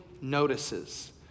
notices